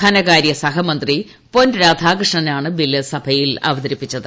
ധനകാരൃ സഹമന്ത്രി പൊൻ രാധാകൃഷ്ണനാണ് ബിൽ സഭയിൽ അവതരിപ്പിച്ചത്